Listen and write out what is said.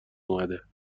اومده